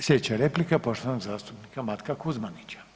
Sljedeća replika poštovanog zastupnika Matka Kuzmanića.